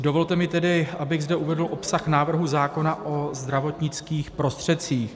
Dovolte mi tedy, abych zde uvedl obsah návrhu zákona o zdravotnických prostředcích.